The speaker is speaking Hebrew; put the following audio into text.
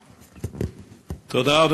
תודה.